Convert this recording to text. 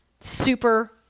super